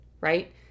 right